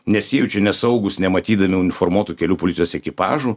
nesijaučia nesaugūs nematydami uniformuotų kelių policijos ekipažų